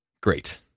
great